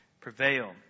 prevail